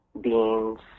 beings